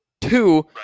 Two